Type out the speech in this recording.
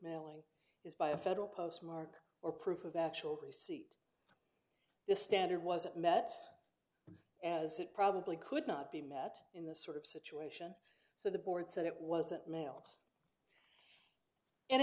mailing is by a federal postmark or proof of actual receipt the standard wasn't met as it probably could not be met in the sort of situation so the board said it wasn't mailed and